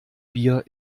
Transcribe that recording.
bier